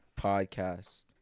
Podcast